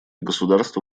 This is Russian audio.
государства